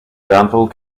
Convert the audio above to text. danville